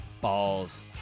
Balls